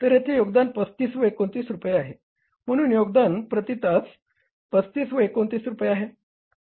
तर यथे योगदान 35 व 29 रुपये आहे म्हणून योगदान प्रती तास 35 व 29 रुपये आहे